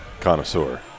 connoisseur